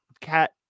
cat